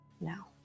now